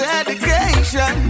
education